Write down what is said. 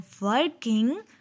working